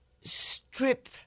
strip